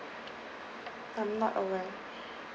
I'm not aware